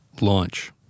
Launch